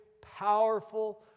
powerful